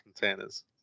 containers